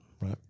Right